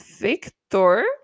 Victor